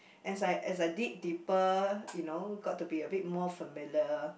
as I as I dig deeper you know got to be a bit more familiar